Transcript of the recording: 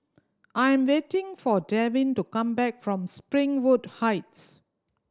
I am waiting for Devin to come back from Springwood Heights